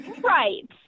right